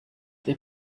they